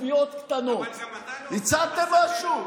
אבל את זה גם אתה לא עושה, לתקן סחבת בבתי משפט.